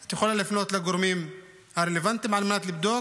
את יכולה לפנות לגורמים הרלוונטיים על מנת לבדוק.